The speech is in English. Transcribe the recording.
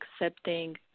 accepting